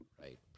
right